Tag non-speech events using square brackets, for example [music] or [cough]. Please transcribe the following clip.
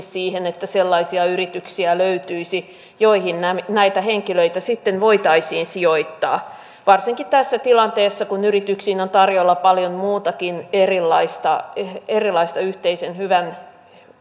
[unintelligible] siihen että sellaisia yrityksiä löytyisi joihin näitä näitä henkilöitä sitten voitaisiin sijoittaa varsinkin tässä tilanteessa kun yrityksiin on tarjolla paljon muutakin erilaista erilaista yhteisen hyvän